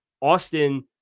Austin